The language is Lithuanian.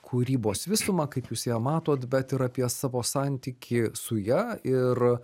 kūrybos visumą kaip jūs ją matot bet ir apie savo santykį su ja ir